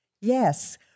Yes